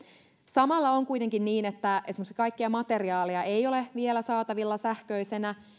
samalla on kuitenkin niin että esimerkiksi kaikkia materiaaleja ei ole vielä saatavilla sähköisenä